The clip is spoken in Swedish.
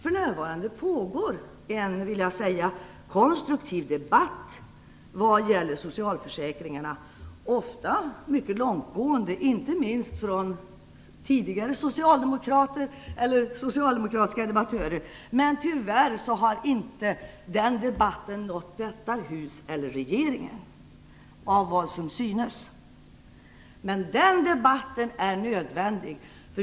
För närvarande förs en, vill jag säga, konstruktiv debatt vad gäller socialförsäkringarna, ofta mycket långtgående, av inte minst socialdemokratiska debattörer. Att döma av vad som synes har den debatten tyvärr inte nått detta hus eller regeringen. Men den debatten är nödvändig.